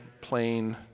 plain